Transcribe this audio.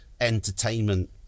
entertainment